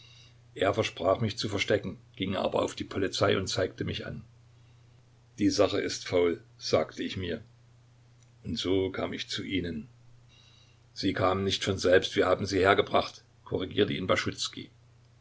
er versprach mich zu verstecken ging aber auf die polizei und zeigte mich an die sache ist faul sagte ich mir und so kam ich zu ihnen sie kamen nicht von selbst wir haben sie hergebracht korrigierte ihn baschuzkij